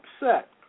upset